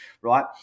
right